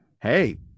hey